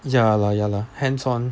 ya la ya la hands on